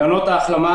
מעונות ההחלמה